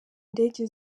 indege